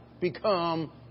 become